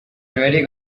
already